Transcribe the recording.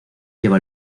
lleva